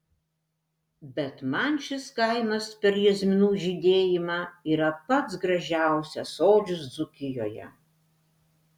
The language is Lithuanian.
bet man šis kaimas per jazminų žydėjimą yra pats gražiausias sodžius dzūkijoje